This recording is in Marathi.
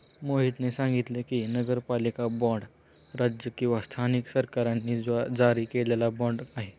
मोहितने सांगितले की, नगरपालिका बाँड राज्य किंवा स्थानिक सरकारांनी जारी केलेला बाँड आहे